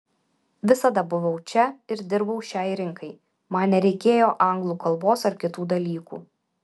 visada buvau čia ir dirbau šiai rinkai man nereikėjo anglų kalbos ar kitų dalykų